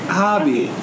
hobby